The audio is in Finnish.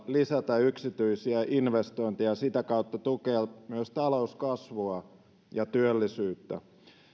lisätä yksityisiä investointeja ja sitä kautta tukea myös talouskasvua ja työllisyyttä